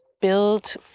built